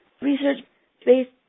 research-based